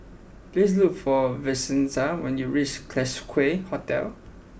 please look for Vincenza when you reach Classique Hotel